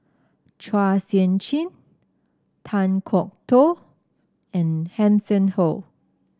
Chua Sian Chin Kan Kwok Toh and Hanson Ho